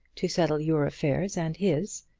to settle your affairs and his.